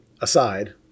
aside